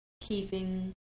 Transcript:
keeping